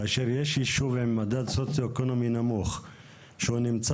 כאשר יש יישוב במדד סוציו-אקונומי נמוך שנמצא